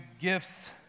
gifts